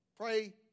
Pray